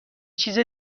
چیز